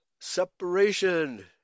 separation